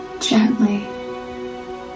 gently